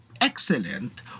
excellent